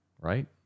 right